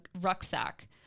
rucksack